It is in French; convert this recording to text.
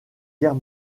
guerre